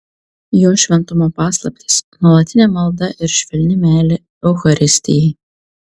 jo šventumo paslaptys nuolatinė malda ir švelni meilė eucharistijai